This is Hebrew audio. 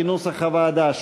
כנוסח הוועדה,